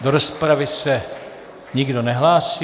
Do rozpravy se nikdo nehlásí.